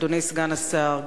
אדוני סגן השר,